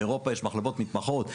באירופה יש מחלבות מתמחות,